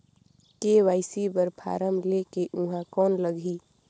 KYC बर form ले के ऊहां कौन लगही?